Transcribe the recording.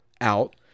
out